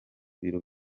biro